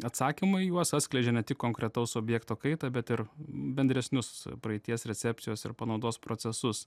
atsakymai juos atskleidžia ne tik konkretaus objekto kaitą bet ir bendresnius praeities recepcijos ir panaudos procesus